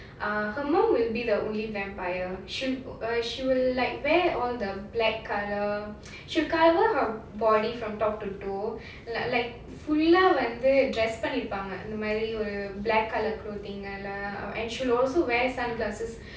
ah her mum will be the only vampire she'll uh she will like wear all the black colour she'll cover her body from top to toe like like full ah வந்து:vanthu dress பண்ணிருப்பாங்க இந்த மாதிரி ஒரு:pannirupaanga indha maadhiri oru black colour clothing and she'll also wear sunglasses